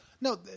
No